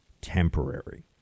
temporary